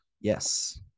Yes